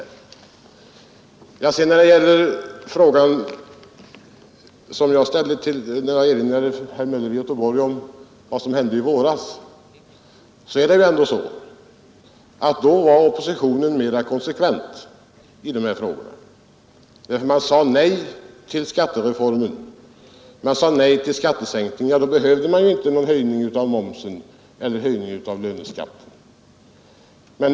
Jag erinrade herr Möller i Göteborg om vad som hände i våras. Då var oppositionen mera konsekvent i dessa frågor. Man sade nej till skattereformen och man sade nej till skattesänkningar, och då behövde man inte någon höjning av momsen eller av löneskatten.